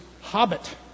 Hobbit